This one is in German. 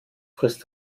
frisst